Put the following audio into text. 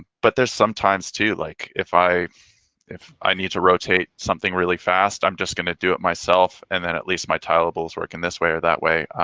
but there's some times too like if i if i need to rotate something really fast i'm just going to do it myself. and then at least my tile but work in this way or that way.